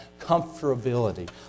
comfortability